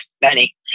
Benny